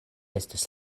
estas